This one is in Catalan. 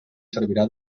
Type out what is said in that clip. servirà